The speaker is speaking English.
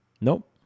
Nope